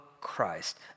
Christ